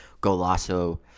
Golasso